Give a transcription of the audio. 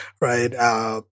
right